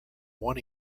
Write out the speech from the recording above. one